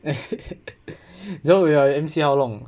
so your M_C how long